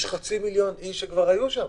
יש חצי מיליון איש שכבר היו שם,